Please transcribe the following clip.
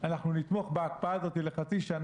לא ידעתם,